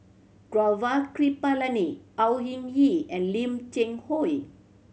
Gaurav Kripalani Au Hing Yee and Lim Cheng Hoe